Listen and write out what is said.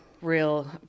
real